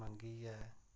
मंगियै